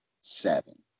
seven